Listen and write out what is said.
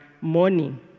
morning